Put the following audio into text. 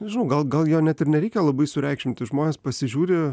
nežinau gal gal jo net ir nereikia labai sureikšminti žmonės pasižiūri